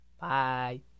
bye